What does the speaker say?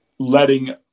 letting